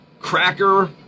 cracker